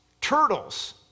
turtles